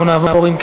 אם